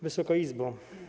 Wysoka Izbo!